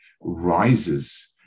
rises